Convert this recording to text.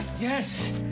Yes